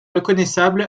reconnaissable